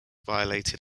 violated